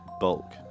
bulk